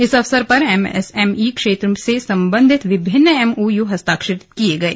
इस अवसर पर एम एस एम ई क्षेत्र से संबंधित विभिन्न एमओयू हस्ताक्षरित किये गये